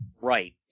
Right